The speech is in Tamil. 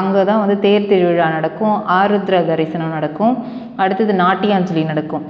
அங்கே தான் வந்து தேர் திருவிழா நடக்கும் ஆருத்ரா தரிசனம் நடக்கும் அடுத்தது நாட்டியாஞ்சலி நடக்கும்